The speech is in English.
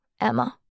Emma